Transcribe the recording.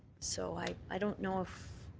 so i i don't know if